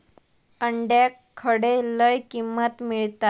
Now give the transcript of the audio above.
अंड्याक खडे लय किंमत मिळात?